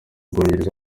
bwongereza